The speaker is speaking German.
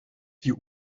die